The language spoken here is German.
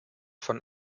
von